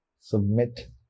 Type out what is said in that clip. submit